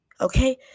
okay